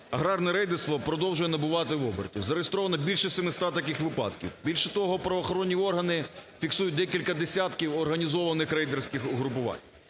аграрне рейдерство продовжує набувати обертів. Зареєстровано більше 700 таких випадків. Більше того, правоохоронні органи фіксують декілька десятків організованих рейдерських угрупувань.